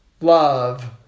love